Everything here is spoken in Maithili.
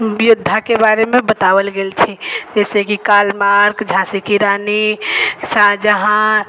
योद्धा के बारे मे बताओल गेल छै जैसेकि कार्ल मार्क झाँसी की रानी शाहजहाँ